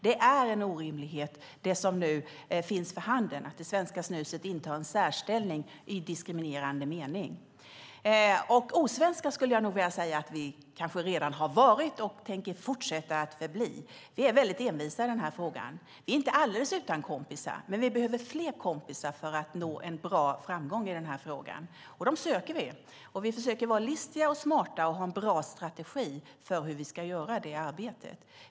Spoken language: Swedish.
Det som nu finns för handen är en orimlighet, nämligen att det svenska snuset inte har en särställning i diskriminerande mening. Jag skulle vilja säga att vi kanske redan har varit osvenska och tänker fortsätta att vara det. Vi är mycket envisa i denna fråga. Vi är inte alldeles utan kompisar, men vi behöver fler kompisar för att nå framgång i denna fråga. Vi söker efter dem. Vi försöker vara listiga och smarta och ha en bra strategi för hur vi ska göra detta arbete.